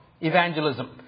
evangelism